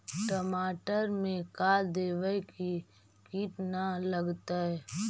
टमाटर में का देबै कि किट न लगतै?